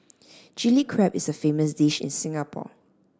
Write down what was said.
Chilli Crab is a famous dish in Singapore